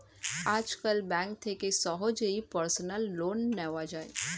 আজকাল ব্যাঙ্ক থেকে সহজেই পার্সোনাল লোন নেওয়া যায়